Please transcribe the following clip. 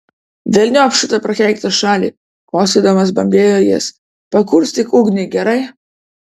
velniop šitą prakeiktą šalį kosėdamas bambėjo jis pakurstyk ugnį gerai